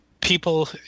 people